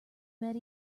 met